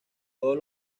todos